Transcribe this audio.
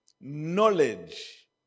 knowledge